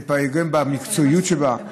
זה פוגם במקצועיות שבה.